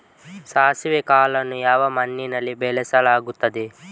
ಸಾಸಿವೆ ಕಾಳನ್ನು ಯಾವ ಮಣ್ಣಿನಲ್ಲಿ ಬೆಳೆಸಲಾಗುತ್ತದೆ?